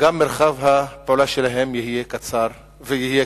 גם מרחב הפעולה שלהם יהיה צר יותר.